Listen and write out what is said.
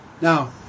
Now